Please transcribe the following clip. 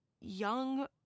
young